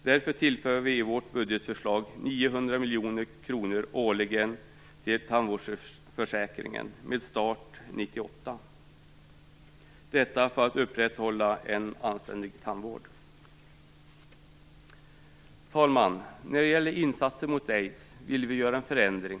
Därför säger vi i vårt budgetförslag att 900 miljoner kronor årligen skall tillföras tandvårdsförsäkringen, med start 1998; detta för att kunna upprätthålla en anständig tandvård. Fru talman! När det gäller insatser mot aids vill vi ha en förändring.